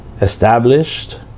established